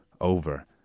over